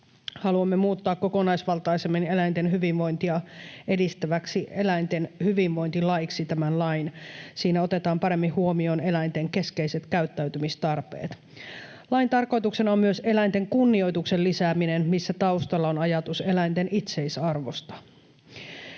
haluamme muuttaa tämän lain kokonaisvaltaisemmin eläinten hyvinvointia edistäväksi eläinten hyvinvointilaiksi. Siinä otetaan paremmin huomioon eläinten keskeiset käyttäytymistarpeet. Lain tarkoituksena on myös eläinten kunnioituksen lisääminen, missä taustalla on ajatus eläinten itseisarvosta.